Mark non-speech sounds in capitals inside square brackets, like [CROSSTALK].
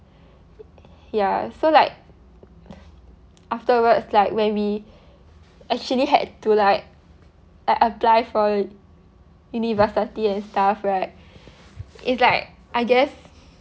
[BREATH] ya so like afterwards like when we [BREATH] actually had to like app~ apply for university and stuff right [BREATH] it's like I guess